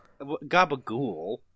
Gabagool